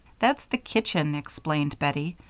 that's the kitchen, explained bettie.